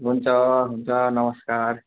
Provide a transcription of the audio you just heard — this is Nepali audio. हुन्छ हुन्छ नमस्कार